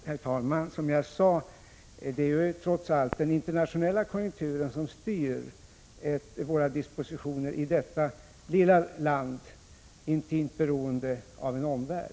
Herr talman! Som jag nyss sade är det trots allt den internationella konjunkturen som styr våra dispositioner i detta lilla land, intimt beroende av en omvärld.